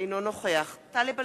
אינו נוכח טלב אלסאנע,